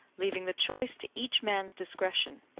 leaving the choice to each man's discretion.